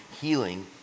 healing